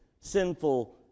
sinful